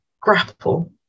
grapple